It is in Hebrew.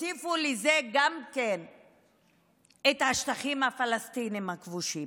והוסיפו לזה גם את השטחים הפלסטיניים הכבושים.